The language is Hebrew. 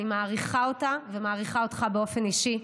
אני מעריכה אותה ומעריכה אותך באופן אישי,